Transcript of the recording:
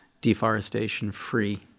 deforestation-free